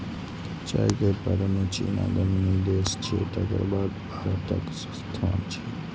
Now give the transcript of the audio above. चाय के उत्पादन मे चीन अग्रणी देश छियै, तकर बाद भारतक स्थान छै